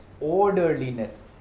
orderliness